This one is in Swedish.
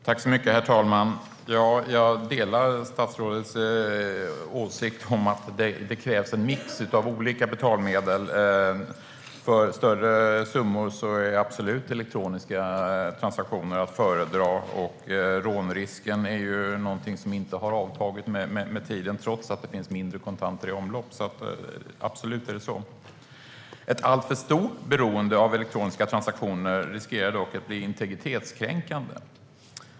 Herr talman! Jag delar statsrådets åsikt att det krävs en mix av olika betalmedel. För större summor är elektroniska transaktioner absolut att föredra, och rånrisken har ju inte avtagit med tiden trots att det är mindre kontanter i omlopp. Ett alltför stort beroende av elektroniska transaktioner riskerar dock att bli integritetskränkande.